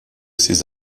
ces